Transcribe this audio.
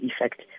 effect